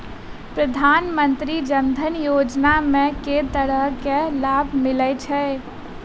प्रधानमंत्री जनधन योजना मे केँ तरहक लाभ मिलय छै?